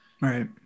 Right